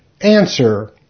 Answer